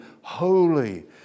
holy